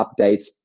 updates